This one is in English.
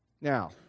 Now